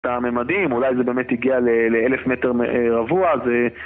את המימדים, אולי זה באמת הגיע לאלף מטר רבוע זה